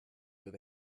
with